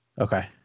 okay